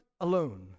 alone